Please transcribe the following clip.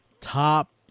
top